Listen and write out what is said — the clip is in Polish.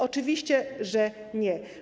Oczywiście, że nie.